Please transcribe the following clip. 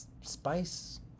spice